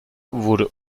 wurde